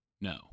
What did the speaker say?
No